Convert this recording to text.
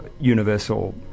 universal